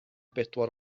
bedwar